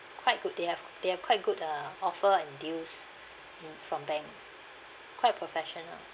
quite good they have they are quite good uh offer and deals mm from bank quite professional